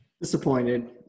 Disappointed